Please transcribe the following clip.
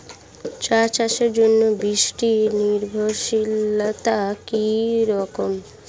চা চাষের জন্য বৃষ্টি নির্ভরশীলতা কী রকম?